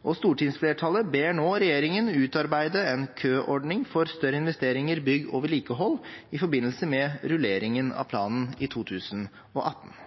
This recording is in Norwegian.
og stortingsflertallet ber nå regjeringen utarbeide en køordning for større investeringer, bygg og vedlikehold, i forbindelse med rulleringen av planen i 2018.